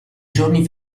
giorni